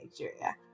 nigeria